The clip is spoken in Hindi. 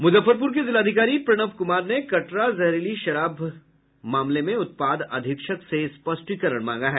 मुजफ्फरपुर के जिलाधिकारी प्रणव कुमार ने कटरा जहरीली शराब मामले में उत्पाद अधीक्षक से स्पष्टीकरण मांगा है